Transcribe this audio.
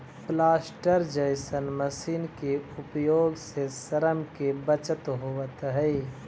planter जईसन machine के उपयोग से श्रम के बचत होवऽ हई